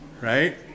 Right